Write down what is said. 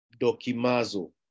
dokimazo